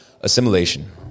Assimilation